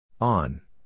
On